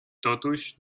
totuși